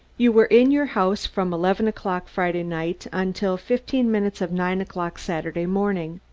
you were in your house from eleven o'clock friday night until fifteen minutes of nine o'clock saturday morning,